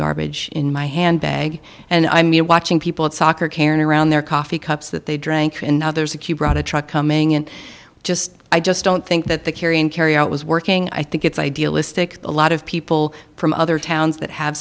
garbage in my handbag and i mean watching people at soccer can around their coffee cups that they drank and now there's a queue brought a truck coming in just i just don't think that the carry and carry out was working i think it's idealistic a lot of people from other towns that have